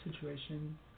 situation